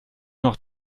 noch